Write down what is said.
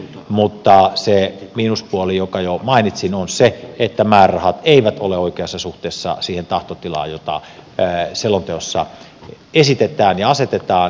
mutta se miinuspuoli jonka jo mainitsin on se että määrärahat eivät ole oikeassa suhteessa siihen tahtotilaan jota selonteossa esitetään ja asetetaan